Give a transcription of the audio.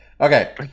Okay